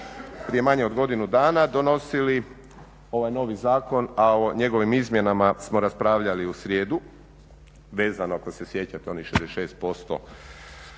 prije manje od godinu dana donosili ovaj novi zakon, a o njegovim izmjenama smo raspravljali u srijedu vezano ako se sjećate onih 66%